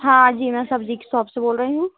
हाँ जी मैं सब्ज़ी की सॉप से बोल रही हूँ